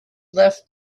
left